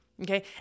okay